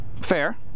Fair